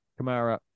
Kamara